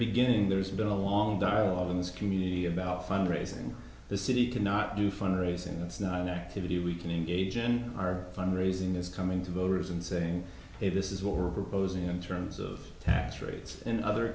beginning there's been a long dialogue in this community about fundraising the city cannot do fundraising that's not an activity we can engage in our fund raising is coming to voters and saying hey this is what we're proposing in terms of tax rates in other